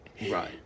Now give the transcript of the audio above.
Right